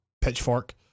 Pitchfork